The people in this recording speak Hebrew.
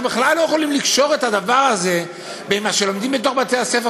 אנחנו בכלל לא יכולים לקשור את הדבר הזה במה שלומדים בתוך בתי-הספר.